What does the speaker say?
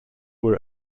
were